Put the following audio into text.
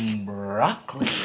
Broccoli